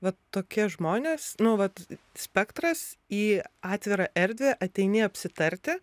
vat tokie žmonės nu vat spektras į atvirą erdvę ateini apsitarti